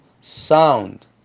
sound